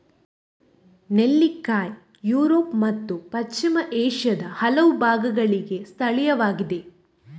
ನೆಲ್ಲಿಕಾಯಿ ಯುರೋಪ್ ಮತ್ತು ಪಶ್ಚಿಮ ಏಷ್ಯಾದ ಹಲವು ಭಾಗಗಳಿಗೆ ಸ್ಥಳೀಯವಾಗಿದೆ